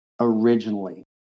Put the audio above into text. originally